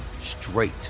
straight